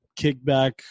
kickback